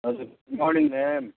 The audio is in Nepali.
हजुर गुड मर्निङ म्याम